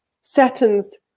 Saturn's